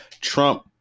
Trump